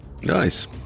nice